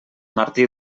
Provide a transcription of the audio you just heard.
martí